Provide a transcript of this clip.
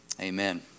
Amen